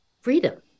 freedom